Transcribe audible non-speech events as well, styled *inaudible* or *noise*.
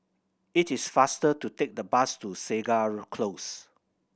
it is faster to take the bus to Segar *unintelligible* Close